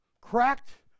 cracked